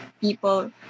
people